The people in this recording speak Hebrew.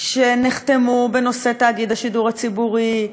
שנחתמו בנושא תאגיד השידור הציבורי,